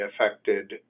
affected